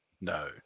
No